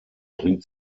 bringt